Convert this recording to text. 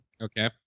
Okay